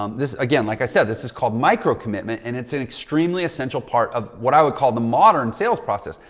um again, like i said, this is called micro commitment and it's an extremely essential part of what i would call the modern sales process.